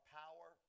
power